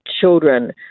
children